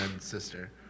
sister